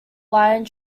line